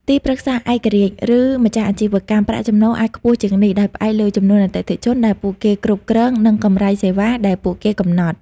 ទីប្រឹក្សាឯករាជ្យ ឬម្ចាស់អាជីវកម្ម ប្រាក់ចំណូលអាចខ្ពស់ជាងនេះ ដោយផ្អែកលើចំនួនអតិថិជនដែលពួកគេគ្រប់គ្រង និងកម្រៃសេវាដែលពួកគេកំណត់។